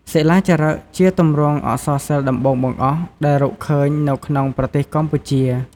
សិលាចារឹក ជាទម្រង់អក្សរសិល្ប៍ដំបូងបង្អស់ដែលរកឃើញនៅក្នុងប្រទេសកម្ពុជា។